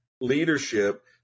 leadership